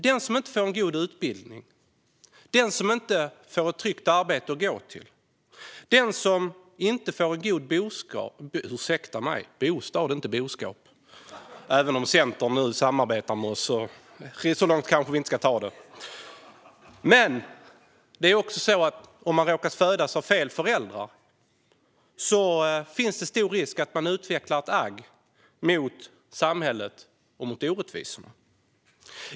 Den som inte får en god utbildning, den som inte får ett tryggt arbete att gå till, den som inte får en god boskap - ursäkta mig, bostad, inte boskap; även om Centern nu samarbetar med oss kanske vi inte ska ta det så långt - eller den som råkar födas av fel föräldrar, löper stor risk att utveckla agg mot samhället och mot orättvisorna.